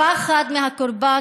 הפחד מהקורבן,